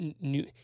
new